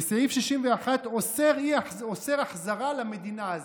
וסעיף 61 אוסר החזרה למדינה הזו.